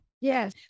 Yes